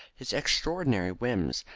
his extraordinary whims,